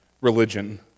religion